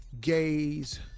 gays